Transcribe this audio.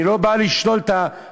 אני לא בא לשלול את הזכויות,